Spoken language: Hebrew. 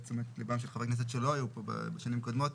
תשומת ליבם של חברי כנסת שלא היו פה בשנים קודמות,